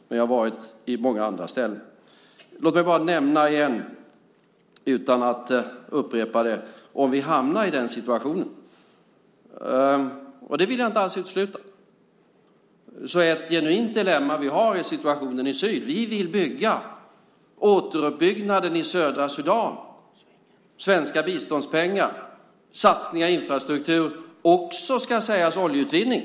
Men jag har varit på många andra ställen. Låt mig bara nämna igen att om vi hamnar i den situationen, och det vill jag inte alls utesluta, så är situationen i syd ett genuint dilemma. Vi vill delta i återuppbyggnaden i södra Sudan - svenska biståndspengar, satsningar i infrastruktur och också oljeutvinning.